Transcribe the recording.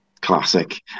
Classic